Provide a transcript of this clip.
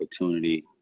opportunity